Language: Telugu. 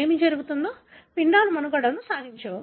ఏమి జరుగుతుందో పిండాలు మనుగడ సాగించవు